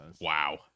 Wow